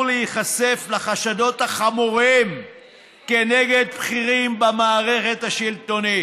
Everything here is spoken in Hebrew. להיחשף לחשדות החמורים כנגד בכירים במערכת השלטונית,